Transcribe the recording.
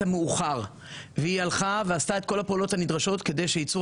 המאוחר והלכה ועשתה את כל הפעולות הנדרשות כדי שיצור